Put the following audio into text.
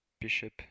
bishop